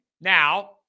Now